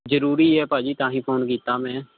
ਜ਼ਰੂਰੀ ਹੈ ਭਾਅ ਜੀ ਤਾਂ ਹੀ ਫ਼ੋਨ ਕੀਤਾ ਮੈਂ